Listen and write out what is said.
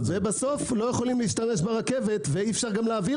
ובסוף לא יכולים להשתמש ברכבת ואי אפשר להעביר